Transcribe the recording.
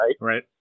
right